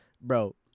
bro